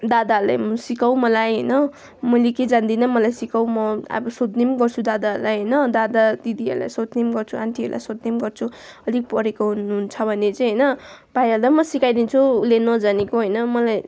दादाहरूलाई पनि सिकाउ मलाई होइन मैले के जान्दिनँ मलाई सिकाऊ म अब सोध्ने पनि गर्छु दादाहरूलाई होइन दादा दिदीहरूलाई सोध्ने पनि गर्छु आन्टीहरूलाई सोध्ने पनि गर्छु अलिक पढेको हुनुहुन्छ भने चाहिँ होइन भाइहरूलाई पनि म सिकाइदिन्छु उसले नजानेको होइन मलाई